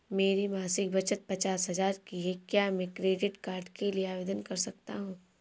मेरी मासिक बचत पचास हजार की है क्या मैं क्रेडिट कार्ड के लिए आवेदन कर सकता हूँ?